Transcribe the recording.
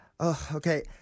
Okay